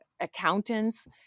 accountants